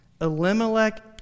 Elimelech